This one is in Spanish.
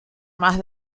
más